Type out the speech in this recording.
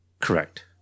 Correct